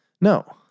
No